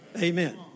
Amen